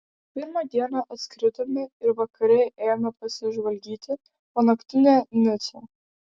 pirmą dieną atskridome ir vakare ėjome pasižvalgyti po naktinę nicą